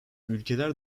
ülkeler